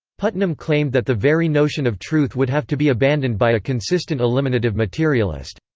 putnam claimed that the very notion of truth would have to be abandoned by a consistent eliminative materialist.